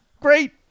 great